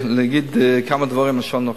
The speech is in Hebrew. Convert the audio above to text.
להגיד כמה דברים על שעון נוכחות.